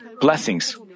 blessings